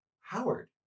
Howard